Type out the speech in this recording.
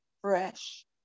fresh